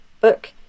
book